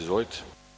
Izvolite.